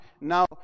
Now